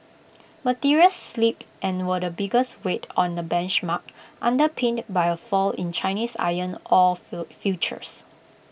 materials slipped and were the biggest weight on the benchmark underpinned by A fall in Chinese iron ore futures